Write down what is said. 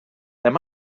there